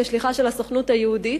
כשליחה של הסוכנות היהודית.